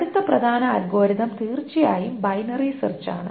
അടുത്ത പ്രധാന അൽഗോരിതം തീർച്ചയായും ബൈനറി സെർച്ച് ആണ്